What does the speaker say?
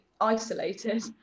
isolated